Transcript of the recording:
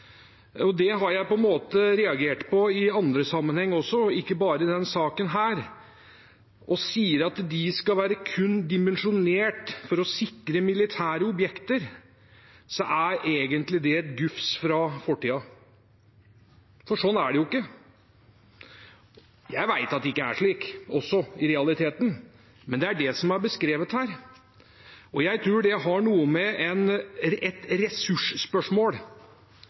og det har jeg reagert på i andre sammenhenger også, ikke bare i denne saken – og sier at de kun skal være dimensjonert for å sikre militære objekter, er det egentlig et gufs fra fortiden, for slik er det jo ikke. Jeg vet også at det ikke er slik, i realiteten, men det er det som er beskrevet her, og jeg tror det har å gjøre med et ressursspørsmål,